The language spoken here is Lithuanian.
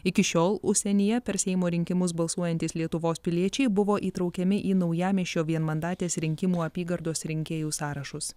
iki šiol užsienyje per seimo rinkimus balsuojantys lietuvos piliečiai buvo įtraukiami į naujamiesčio vienmandatės rinkimų apygardos rinkėjų sąrašus